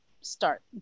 start